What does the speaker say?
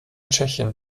tschechien